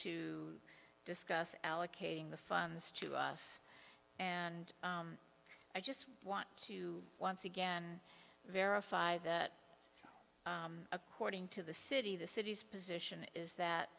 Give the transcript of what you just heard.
to discuss allocating the funds to us and i just want to once again verify that according to the city the city's position is that